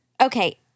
Okay